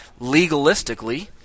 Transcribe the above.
legalistically